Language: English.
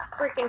freaking